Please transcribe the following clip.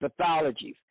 pathologies